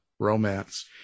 Romance